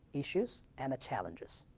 issues and challenges.